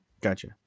gotcha